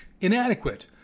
inadequate